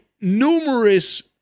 numerous